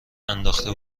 انداخته